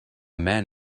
man